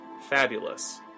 Fabulous